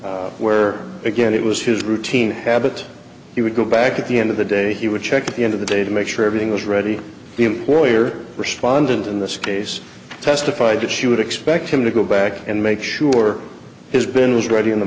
where again it was his routine habit he would go back at the end of the day he would check the end of the day to make sure everything was ready the employer responded in this case testified that she would expect him to go back and make sure his been was ready in the